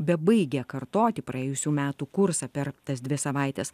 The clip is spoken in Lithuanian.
bebaigią kartoti praėjusių metų kursą per tas dvi savaites